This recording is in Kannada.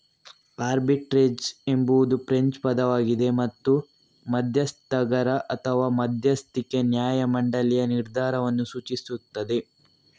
ಆರ್ಬಿಟ್ರೇಜ್ ಎಂಬುದು ಫ್ರೆಂಚ್ ಪದವಾಗಿದೆ ಮತ್ತು ಮಧ್ಯಸ್ಥಗಾರ ಅಥವಾ ಮಧ್ಯಸ್ಥಿಕೆ ನ್ಯಾಯ ಮಂಡಳಿಯ ನಿರ್ಧಾರವನ್ನು ಸೂಚಿಸುತ್ತದೆ